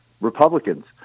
Republicans